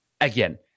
Again